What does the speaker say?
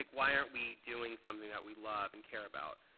like why aren't we doing something that we love and care about?